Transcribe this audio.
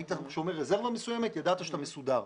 היית שומר רזרבה מסוימת, ידעת שאתה מסודר.